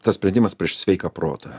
tas sprendimas prieš sveiką protą